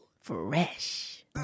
fresh